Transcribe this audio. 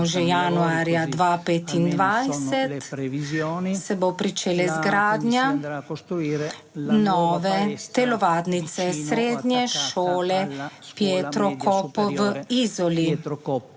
že januarja 2025, se bo pričelo z gradnjo nove telovadnice srednje šole Pietro Coppo v Izoli,